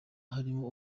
harimo